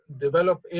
develop